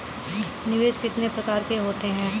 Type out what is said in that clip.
निवेश कितने प्रकार के होते हैं?